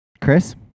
chris